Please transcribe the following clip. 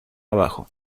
abajo